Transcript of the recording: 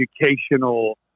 educational